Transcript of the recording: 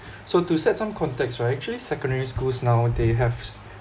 so to set some context right actually secondary schools now they have